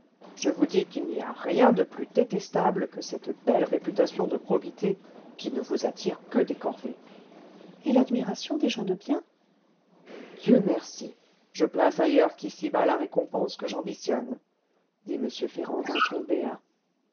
je vous dis qu'il n'y a rien de plus détestable que cette belle réputation de probité qui ne vous attire que des corvées et l'admiration des gens de bien dieu merci je place ailleurs quici bas la récompense que j'ambitionne dit m ferrand